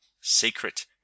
secret